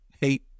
hate